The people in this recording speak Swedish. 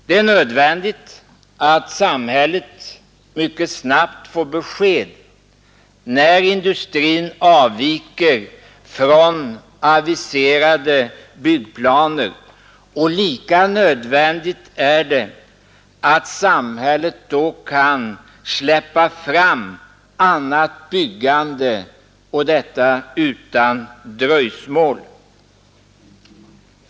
Det är nödvändigt att samhället mycket snabbt får besked när industrin avviker från aviserade byggplaner, och lika nödvändigt är det att samhället då kan släppa fram annat byggande utan dröjsmål.